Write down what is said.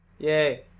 Yay